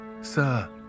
sir